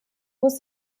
muss